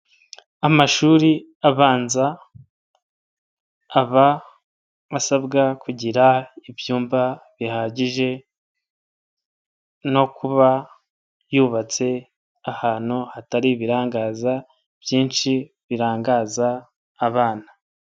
Amashuri abanza, aba asabwa kugira ibyumba bihagije no kuba yubatse ahantu hatari ibirangaza byinshi birangaza abana.